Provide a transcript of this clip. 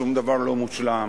שום דבר לא מושלם,